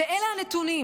ואלה הנתונים.